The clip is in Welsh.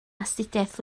astudiaeth